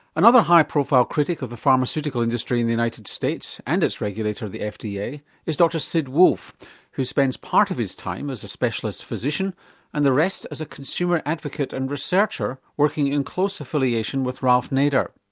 another high profile critic of the pharmaceutical industry in the united states and its regulator, the fda, yeah is dr sid wolfe who spends part of his time as a specialist physician and the rest as a consumer advocate and researcher working in close affiliation with ralph nader.